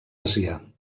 àsia